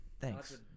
Thanks